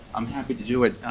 i'm happy to do it.